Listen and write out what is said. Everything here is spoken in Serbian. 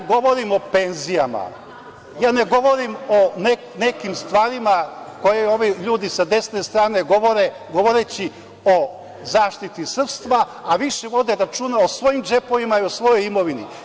Ja govorim o penzijama, ne govorim o nekim stvarima koje ovi ljudi sa desne strane govore, govoreći o zaštiti srpstva, a više vode računa o svojim džepovima i o svojoj imovini.